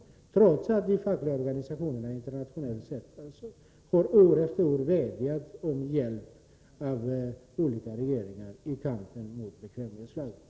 Jag vill peka på att de fackliga organisationerna på det internationella området år efter år har vädjat om hjälp från olika regeringar i kampen mot bekvämlighetsflagg.